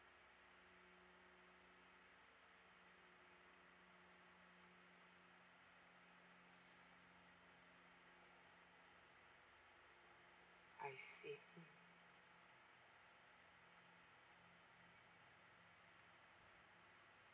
I see